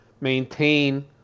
maintain